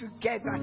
together